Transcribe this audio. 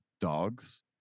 dogs